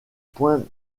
points